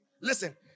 Listen